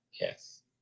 Yes